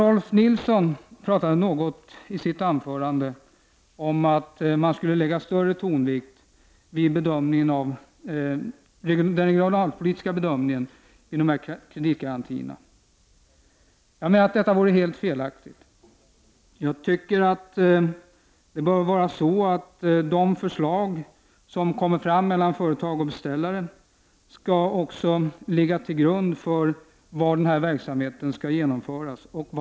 Rolf L Nilson talade i sitt anförande litet om att man skulle lägga större tonvikt vid den regionalpolitiska bedömningen vid behandlingen av kreditgarantiärendena. Det vore helt felaktigt! De förslag som kommer fram vid kontakterna mellan företagare och beställare skall också ligga till grund för var verksamheten skall genomföras.